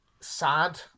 sad